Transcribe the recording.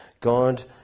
God